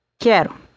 Quero